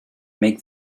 make